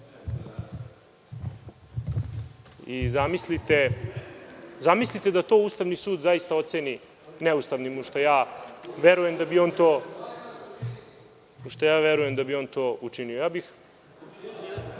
Zamislite da to Ustavni sud zaista oceni neustavnim, u šta verujem da bi to učinio.(Narodni